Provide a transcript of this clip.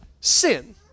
sin